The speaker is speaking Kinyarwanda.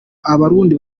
abarundi